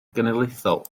genedlaethol